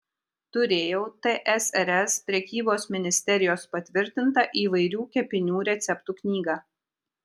turėjau tsrs prekybos ministerijos patvirtintą įvairių kepinių receptų knygą